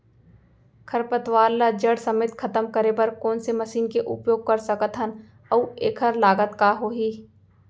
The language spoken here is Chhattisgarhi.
खरपतवार ला जड़ समेत खतम करे बर कोन से मशीन के उपयोग कर सकत हन अऊ एखर लागत का होही?